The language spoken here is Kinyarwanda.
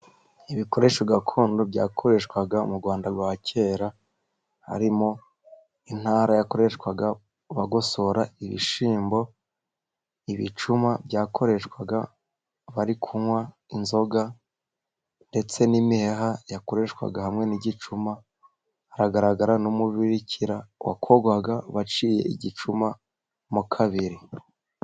Ibikoresho gakondo byakoreshwaga muRrwanda rwa kera harimo intara yakoreshwaga bagosora ibishyimbo, ibicuma byakoreshwaga bari kunywa inzoga ndetse n'imiheha yakoreshwaga hamwe n'igicuma. Hagaragara n'umubikira wakorwaga waciye igicuma mo kabiri.